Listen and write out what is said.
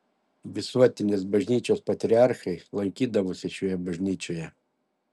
visuotinės bažnyčios patriarchai lankydavosi šioje bažnyčioje